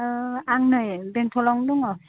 आं नै बेंटलावनो दङ